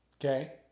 Okay